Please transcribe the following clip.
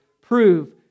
prove